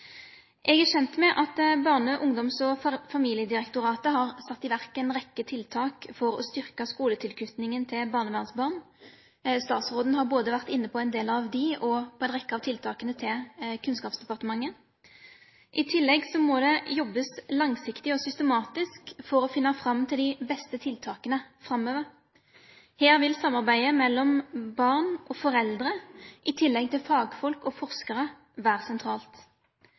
Jeg er kjent med at Barne-, ungdoms- og familiedirektoratet har satt i verk en rekke tiltak for å styrke skoletilknytningen til barnevernsbarn. Statsråden har vært inne på både en del av dem og en rekke av tiltakene til Kunnskapsdepartementet. I tillegg må det jobbes langsiktig og systematisk for å finne fram til de beste tiltakene framover. Her vil samarbeidet mellom barn og foreldre, i tillegg til fagfolk og forskere, være sentralt.